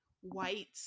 white